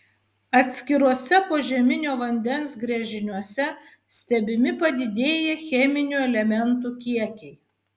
atskiruose požeminio vandens gręžiniuose stebimi padidėję cheminių elementų kiekiai